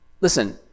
Listen